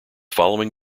following